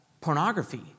pornography